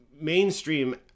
mainstream